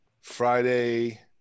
Friday